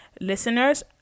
listeners